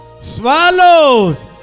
swallows